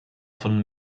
von